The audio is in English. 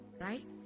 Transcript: right